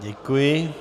Děkuji.